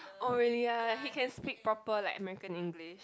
oh really ya he can speak proper like American English